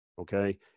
Okay